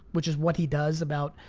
which is what he does, about,